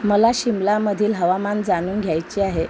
मला शिमलामधील हवामान जाणून घ्यायचे आहे